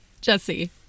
Jesse